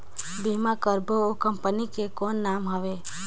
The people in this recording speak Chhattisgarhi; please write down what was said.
बीमा करबो ओ कंपनी के कौन नाम हवे?